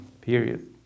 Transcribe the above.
period